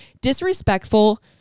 disrespectful